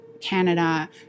canada